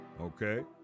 Okay